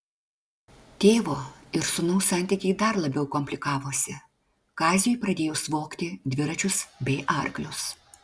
tėvo ir sūnaus santykiai dar labiau komplikavosi kaziui pradėjus vogti dviračius bei arklius